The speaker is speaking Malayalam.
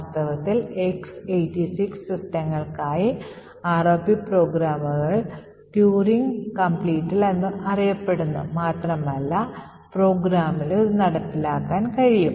വാസ്തവത്തിൽ X86 സിസ്റ്റങ്ങൾക്കായി ROP പ്രോഗ്രാമുകൾ Turing Completel എന്ന് പറയപ്പെടുന്നു മാത്രമല്ല ഏത് പ്രോഗ്രാമിലും ഇത് നടപ്പിലാക്കാൻ കഴിയും